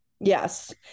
Yes